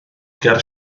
ger